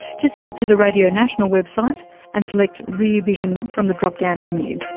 just head to the radio national website and select rear vision from the drop-down menu.